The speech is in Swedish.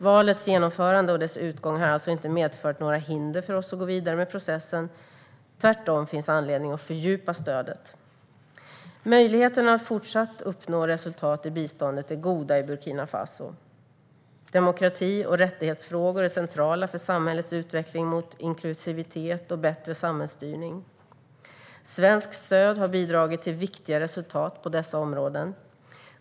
Valets genomförande och dess utgång har alltså inte medfört några hinder för oss att gå vidare med processen; tvärtom finns anledning att fördjupa stödet. Möjligheterna att fortsatt uppnå resultat i biståndet är goda i Burkina Faso. Demokrati och rättighetsfrågor är centrala för samhällets utveckling mot inklusivitet och bättre samhällsstyrning. Svenskt stöd har bidragit till viktiga resultat på dessa områden.